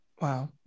Wow